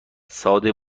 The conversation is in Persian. ساده